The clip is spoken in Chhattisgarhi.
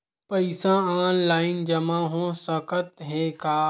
पईसा ऑनलाइन जमा हो साकत हे का?